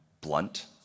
blunt